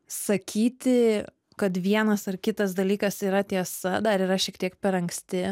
sakyti kad vienas ar kitas dalykas yra tiesa dar yra šiek tiek per anksti